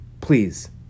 Please